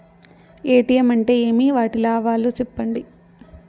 ATM అంటే ఏమి? వాటి లాభాలు సెప్పండి